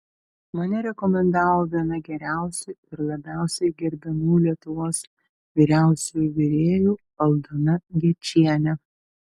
mane rekomendavo viena geriausių ir labiausiai gerbiamų lietuvos vyriausiųjų virėjų aldona gečienė